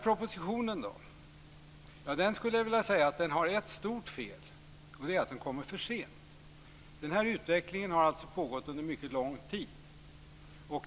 Propositionen har ett stort fel, nämligen att den kommer för sent. Utvecklingen har pågått under mycket lång tid.